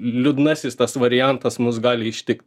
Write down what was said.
liūdnasis tas variantas mus gali ištikt